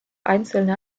einzelne